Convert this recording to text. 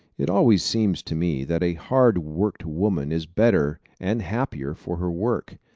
it always seems to me that a hard-worked woman is better and happier for her work.